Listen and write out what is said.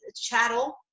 chattel